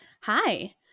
hi